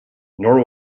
nor